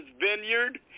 Vineyard